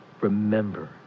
Remember